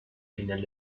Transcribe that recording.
final